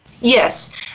Yes